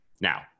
now